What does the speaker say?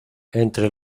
entre